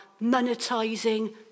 monetising